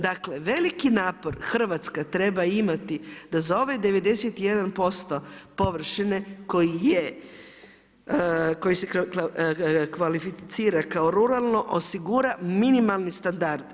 Dakle, veliki napor Hrvatska treba imati da za ovaj 91% površine koji se kvalificira kao ruralno osigura minimalni standard.